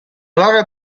lot